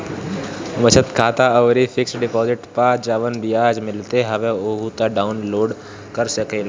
बचत खाता अउरी फिक्स डिपोजिट पअ जवन बियाज मिलत हवे उहो तू डाउन लोड कर सकेला